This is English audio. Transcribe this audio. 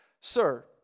Sir